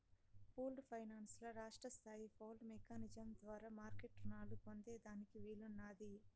pooled finance ల రాష్ట్రస్తాయి pooled mechanism ద్వారా మార్మెట్ రునాలు పొందేదానికి వీలున్నాది